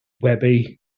Webby